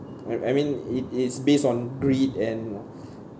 I I mean it it's based on greed and